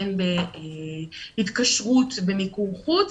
ובין בהתקשרות במיקור חוץ